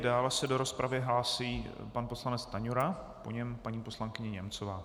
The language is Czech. Dále se do rozpravy hlásí pan poslanec Stanjura, po něm paní poslankyně Němcová.